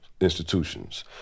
institutions